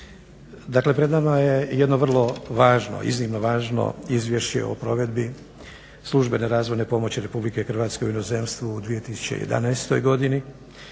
Dakle pred nama je jedno vrlo važno iznimno važno izvješće o provedbi službene razvojne pomoći RH u inozemstvu u 2011.godini